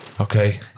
Okay